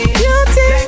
beauty